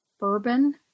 bourbon